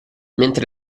mentre